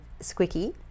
Squicky